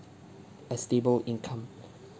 a stable income